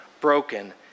broken